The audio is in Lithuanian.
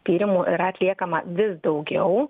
tyrimų ir atliekama vis daugiau